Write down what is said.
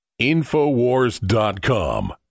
Infowars.com